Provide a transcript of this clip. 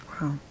Wow